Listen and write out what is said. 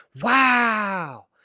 wow